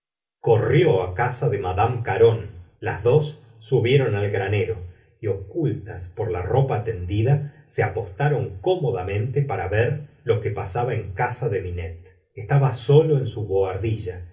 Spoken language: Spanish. corrió á casa de mad caron las dos subieron al granero y ocultas por la ropa tendida se apostaron cómodamente para ver lo que pasaba en casa de binet estaba solo en su bohardilla